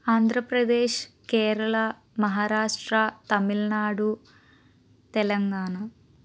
Andhra Pradesh Kerala Maharashtra Tamil Nadu Telangana